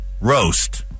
roast